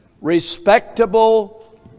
respectable